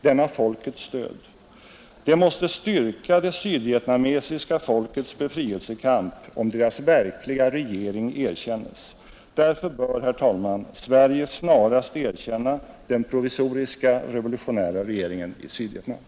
Den har folkets stöd. Det måste 47 styrka det sydvietnamesiska folkets befrielsekamp om deras verkliga regering erkännes, Därför bör, fru talman, Sverige snarast erkänna Provisoriska revolutionära regeringen i Sydvietnam.